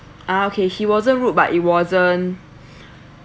ah okay he wasn't rude but he wasn't